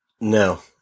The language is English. No